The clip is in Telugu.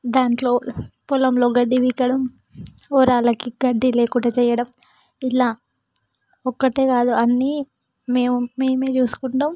దానిలో పొలంలో గడ్డి పీకడం ఓరలకి గడ్డి లేకుండా చెయ్యడం ఇలా ఒక్కటే కాదు అన్ని మేము మేమే చూసుకుంటాము